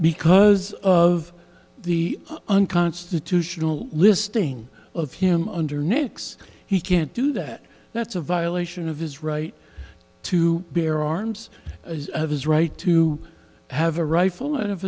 because of the unconstitutional listing of him under nics he can't do that that's a violation of his right to bear arms of his right to have a rifle o